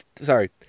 Sorry